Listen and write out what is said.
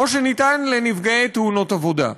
או שניתן לנפגעי תאונות עבודה,